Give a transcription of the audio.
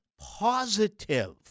positive